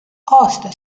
aasta